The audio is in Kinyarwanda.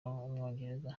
w’umwongereza